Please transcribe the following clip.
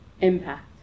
impact